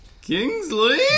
Kingsley